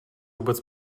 vůbec